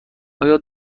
آیا